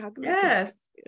Yes